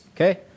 Okay